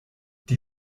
die